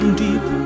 deep